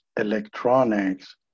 electronics